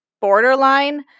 borderline